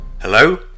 Hello